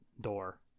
door